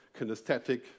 kinesthetic